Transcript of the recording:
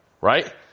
right